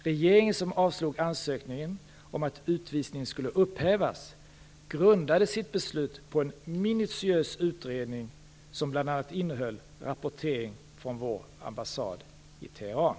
Regeringen, som avslog ansökningen om att utvisningen skulle upphävas, grundade sitt beslut på en minituös utredning som bl.a. innehöll rapportering från vår ambasssad i Teheran.